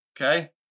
okay